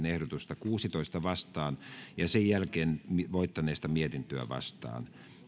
ehdotusta yhdeksäänkymmeneenkahdeksaan vastaan ja sen jälkeen voittaneesta mietintöä vastaan